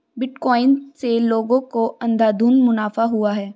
bitcoin से लोगों को अंधाधुन मुनाफा हुआ है